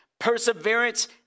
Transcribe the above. perseverance